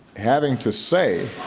having to say,